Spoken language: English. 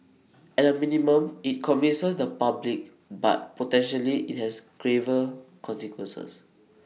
at A minimum IT inconveniences the public but potentially IT has graver consequences